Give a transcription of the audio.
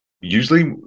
Usually